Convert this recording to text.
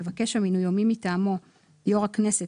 מבקש המינוי או מי מטעמו (יו"ר הכנסת,